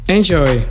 Enjoy